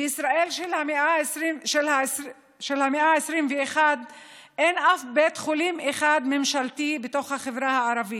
בישראל של המאה ה-21 אין אף בית חולים ממשלתי אחד בתוך החברה הערבית.